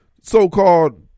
so-called